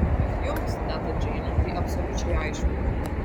bet jums teta džeine tai absoliučiai aišku